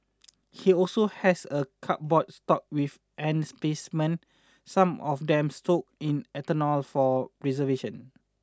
he also has a cupboard stocked with ant specimens some of them soaked in ethanol for preservation